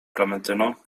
klementyno